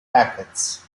packets